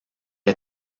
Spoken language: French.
est